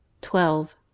twelve